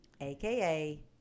aka